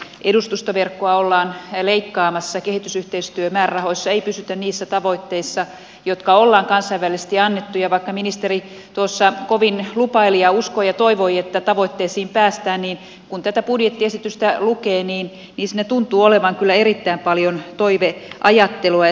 edustustoverkkoa ollaan leikkaamassa kehitysyhteistyömäärärahoissa ei pysytä niissä tavoitteissa jotka on kansainvälisesti annettu ja vaikka ministeri tuossa kovin lupaili ja uskoi ja toivoi että tavoitteisiin päästään niin kun tätä budjettiesitystä lukee siinä tuntuu olevan kyllä erittäin paljon toiveajattelua ja silmänkääntötemppua